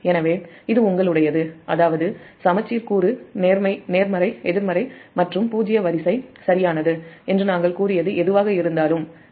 எனவே அது உங்களுடையது அதாவது சமச்சீர் கூறு நேர்மறை எதிர்மறை மற்றும் பூஜ்ஜிய வரிசை என்று நாங்கள் கூறியது எதுவாக இருந்தாலும் சரியானது